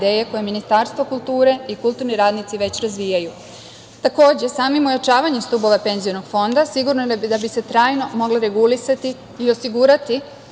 koje Ministarstvo kulture i kulturni radnici već razvijaju. Takođe, samim ojačavanjem stubova penzionog fonda sigurno je da bi se trajno moglo regulisati i osigurati